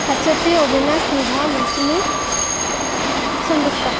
Bhaswati Abinash Nibha Mousumi Sanjukta